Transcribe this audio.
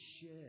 share